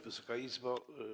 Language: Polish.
Wysoka Izbo!